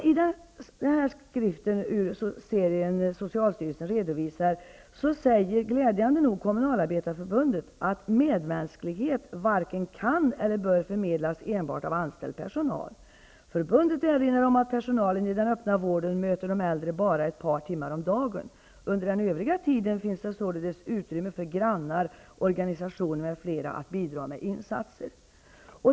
I denna skrift, ur serien Socialstyrelsen redovisar, säger glädjande nog Kommunalarbetareförbundet att ''medmänsklighet varken kan eller bör förmedlas enbart av anställd personal. Förbundet erinrar om att personalen inom den öppna vården möter de äldre bara ett par timmar om dagen. Under den övriga tiden finns det således utrymme för grannar, organisationer med flera att bidra med insatser --.''